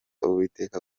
uwiteka